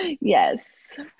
Yes